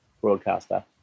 broadcaster